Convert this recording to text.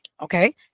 okay